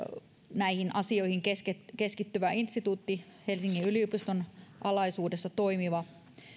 näihin asioihin keskittyvä keskittyvä instituutti helsingin yliopiston alaisuudessa toimiva